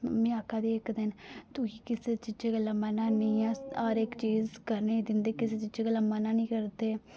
में आक्खा दी ही इक दिन तुसें किसे चीजा गल्ला मना नेईं ऐ हर इक चीज करने गी दिंदे किसे चीजा गल्ला मना नेईं करदे